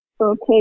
Okay